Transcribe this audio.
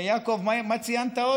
יעקב, מה עוד ציינת?